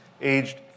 aged